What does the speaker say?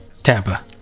Tampa